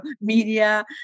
media